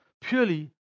purely